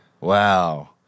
Wow